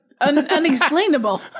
Unexplainable